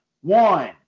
One